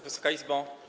Wysoka Izbo!